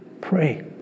Pray